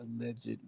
alleged